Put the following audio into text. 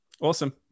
awesome